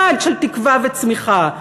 אחד, של תקווה וצמיחה.